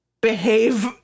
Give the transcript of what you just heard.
behave